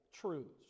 truths